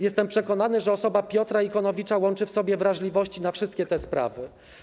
Jestem przekonany, że osoba Piotra Ikonowicza łączy w sobie wrażliwości na wszystkie te sprawy.